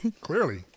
Clearly